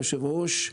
היושב-ראש,